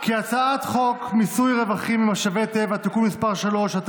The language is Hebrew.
כי חוק מיסוי רווחים ממשאבי טבע (תיקון מס' 3),